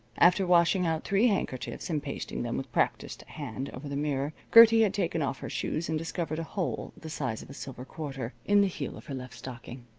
after washing out three handkerchiefs and pasting them with practised hand over the mirror, gertie had taken off her shoes and discovered a hole the size of a silver quarter in the heel of her left stocking.